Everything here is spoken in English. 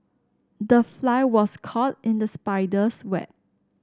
the fly was caught in the spider's web